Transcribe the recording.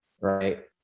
Right